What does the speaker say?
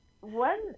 One